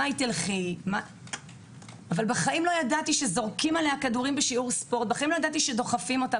בחיים לא ידעתי שזורקים עליה כדורים בשיעור ספורט ושדוחפים אותה,